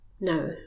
No